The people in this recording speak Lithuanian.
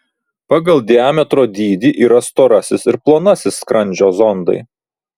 pagal diametro dydį yra storasis ir plonasis skrandžio zondai